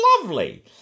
lovely